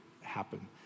happen